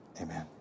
Amen